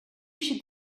should